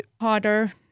harder